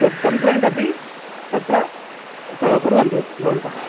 तत् कम्लेण्ट् अपि तत्र क कुर्वन्तु भवन्तः